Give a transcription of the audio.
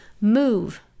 move